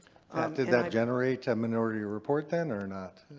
did that generate a minority report then or not?